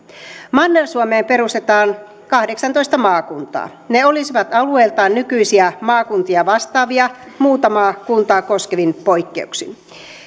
manner suomeen perustetaan kahdeksantoista maakuntaa ne olisivat alueiltaan nykyisiä maakuntia vastaavia muutamaa kuntaa koskevin poikkeuksin